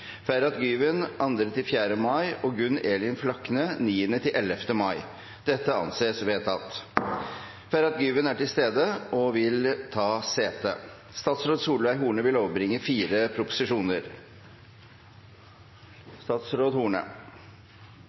Ferhat Güven 2.–4. mai og Gunn Elin Flakne 9.–11. mai. Ferhat Güven er til stede og vil ta sete. Representanten Lene Vågslid vil